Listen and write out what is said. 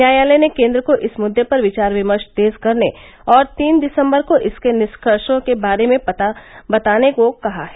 न्यायालय ने केन्द्र को इस मुद्दे पर विचार विमर्श तेज करने और तीन दिसम्बर को इसके निष्कर्षों के बारे में बताने को कहा है